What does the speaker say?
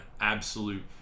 absolute